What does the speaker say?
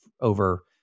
over